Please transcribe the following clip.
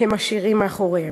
הם משאירים מאחוריהם.